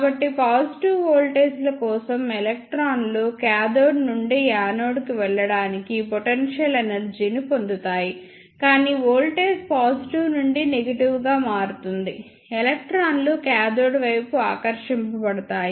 కాబట్టి పాజిటివ్ వోల్టేజ్ల కోసం ఎలక్ట్రాన్లు కాథోడ్ నుండి యానోడ్కు వెళ్ళడానికి పొటెన్షియల్ ఎనర్జీని పొందుతాయి కాని వోల్టేజ్ పాజిటివ్ నుండి నెగిటివ్ గా మారుతుంది ఎలక్ట్రాన్లు కాథోడ్ వైపు ఆకర్షించబడతాయి